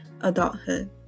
adulthood